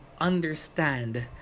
understand